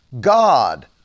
God